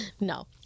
No